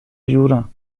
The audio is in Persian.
جورم